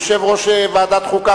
יושב-ראש ועדת החוקה,